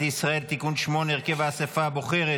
לישראל (תיקון מס' 8) (הרכב האסיפה הבוחרת),